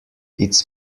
its